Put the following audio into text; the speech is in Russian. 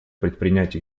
предпринять